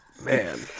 Man